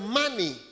money